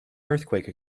earthquake